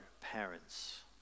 parents